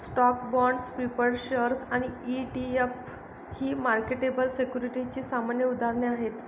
stocks, bonds, preferred shares आणि ETF ही marketable सिक्युरिटीजची सामान्य उदाहरणे आहेत